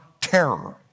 terror